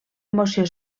emoció